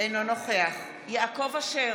אינו נוכח יעקב אשר,